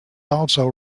also